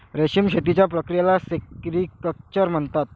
रेशीम शेतीच्या प्रक्रियेला सेरिक्चर म्हणतात